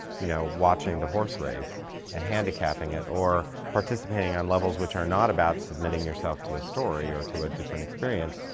you know, watching the horse race and handicapping it. or participating on levels which are not about submitting yourself to a story or to a different experience.